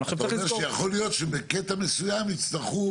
התהליך של חוק עידוד השקעות הון יצר.